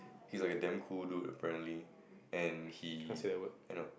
he's like a damn cool dude apparently and he I know